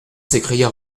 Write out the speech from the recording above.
s’écria